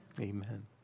Amen